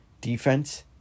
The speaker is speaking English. defense